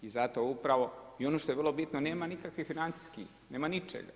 I zato upravo i ono što je vrlo bitno nema nikakvih financijskih, nema ničega.